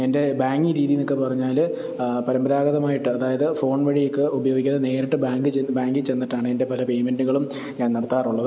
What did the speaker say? എൻ്റെ ബാങ്കിങ് രീതിയിൽ നിന്നൊക്കെ പറഞ്ഞാൽ പാരമ്പരാഗതമായിട്ട് അതായത് ഫോൺ വഴിയൊക്കെ ഉപയോഗിക്കാതെ നേരിട്ട് ബാങ്ക് ചെന്ന് ബാങ്കിൽ ചെന്നിട്ടാണ് എൻ്റെ പല പേയ്മെൻറ്റുകളും ഞാൻ നടത്താറുള്ളത്